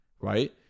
Right